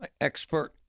expert